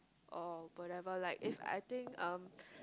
or whatever like if I think um